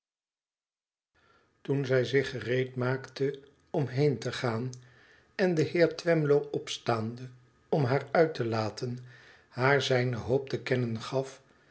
toen zij zich gereedmaakte om heen te gaan en de heer twemlow opstaande om haar uit te laten haar zijne hoop te kennen gaf